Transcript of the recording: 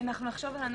אנחנו נחשוב על הנוסח,